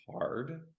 hard